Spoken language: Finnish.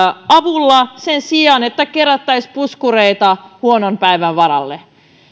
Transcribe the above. avulla sen sijaan että kerättäisiin puskureita huonon päivän varalle